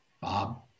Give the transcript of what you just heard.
Bob